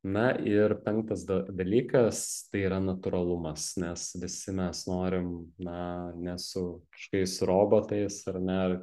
na ir penktas da dalykas tai yra natūralumas nes visi mes norim na ne su kažkokiais robotais ar ne ar